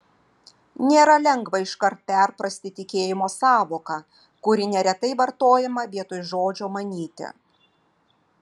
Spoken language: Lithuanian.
nėra lengva iškart perprasti tikėjimo sąvoką kuri neretai vartojama vietoj žodžio manyti